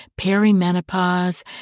perimenopause